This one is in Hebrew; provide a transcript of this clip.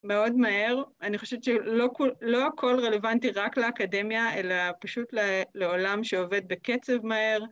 מאוד מהר, אני חושבת שלא כל, לא הכל רלוונטי רק לאקדמיה, אלא פשוט לעולם שעובד בקצב מהר.